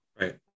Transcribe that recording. right